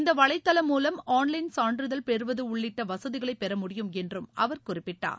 இந்த வலைதளம் மூலம் ஆன்லைன் சான்றிதழ் பெறுவது உள்ளிட்ட வசதிகளைப் பெற முடியும் என்றும் அவர் குறிப்பிட்டார்